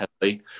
heavily